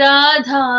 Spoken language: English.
Radha